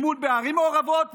בערים מעורבות,